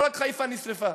לא רק חיפה נשרפה,